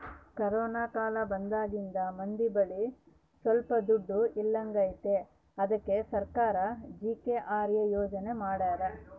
corona ಕಾಲ ಬಂದಾಗಿಂದ ಮಂದಿ ಬಳಿ ಸೊಲ್ಪ ದುಡ್ಡು ಇಲ್ದಂಗಾಗೈತಿ ಅದ್ಕೆ ಸರ್ಕಾರ ಜಿ.ಕೆ.ಆರ್.ಎ ಯೋಜನೆ ಮಾಡಾರ